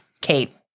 Kate